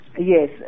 Yes